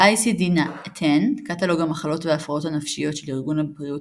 ב-ICD 10 קטלוג המחלות וההפרעות הנפשיות של ארגון הבריאות